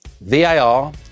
VAR